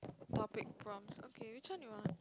topic prompts okay which one you want